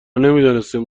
نمیدانستیم